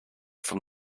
from